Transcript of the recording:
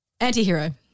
Antihero